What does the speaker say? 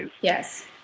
Yes